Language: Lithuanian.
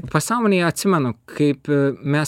pasamonėj atsimenu kaip mes